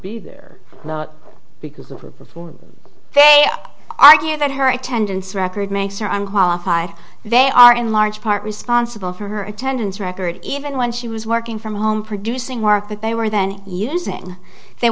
be there because of her perfume they argue that her attendance record makes her i'm qualified they are in large part responsible for her attendance record even when she was working from home producing work that they were then using the